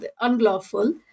unlawful